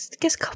guess